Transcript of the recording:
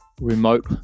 remote